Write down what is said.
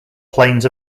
planes